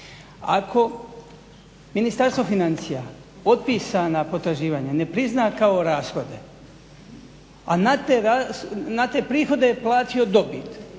Ako Ministarstvo financija otpisana potraživanja ne prizna kao rashode a na te prihode plaćaju dobit